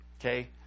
okay